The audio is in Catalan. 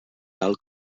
tal